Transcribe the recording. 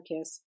kiss